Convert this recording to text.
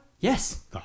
Yes